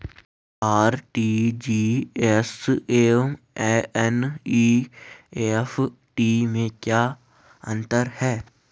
RTGS एवं NEFT में क्या अंतर है?